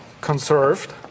conserved